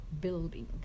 building